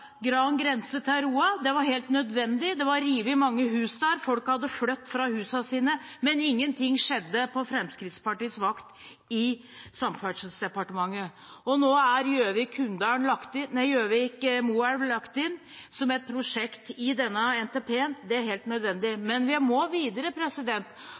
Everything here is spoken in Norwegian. Gran grense til Roa. Det var helt nødvendig. Det var revet mange hus der, folk hadde flyttet fra husene sine, men ingenting skjedde på Fremskrittspartiets vakt i Samferdselsdepartementet. Nå er Gjøvik–Moelv lagt inn som et prosjekt i denne NTP-en. Det er helt